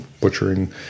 butchering